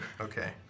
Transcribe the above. Okay